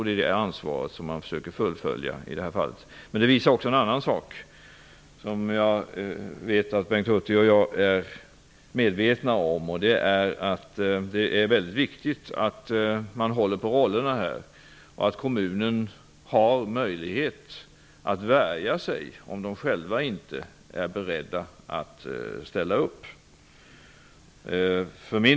Det är det ansvaret man nu försöker fullfölja i det här fallet. Det här visar dock också en annan sak, som jag vet att Bengt Hurtig är medveten om, nämligen att det är viktigt man håller på rollerna, att kommunen har möjlighet att värja sig om kommunen inte är beredd att ställa upp.